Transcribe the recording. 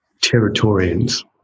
Territorians